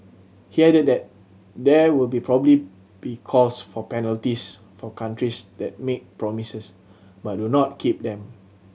he added that there will probably be calls for penalties for countries that make promises but do not keep them